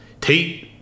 Tate